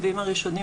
הצווים הראשונים,